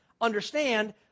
understand